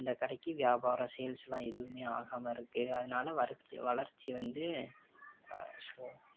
இந்த கடைக்கு வியாபாரம் சேல்ஸெலாம் எதுவும் ஆகாமல் இருக்குது அதனால வறட்சி வளர்ச்சி வந்து